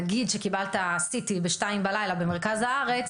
נגיד שקיבלת CT בשתיים בלילה במרכז הארץ,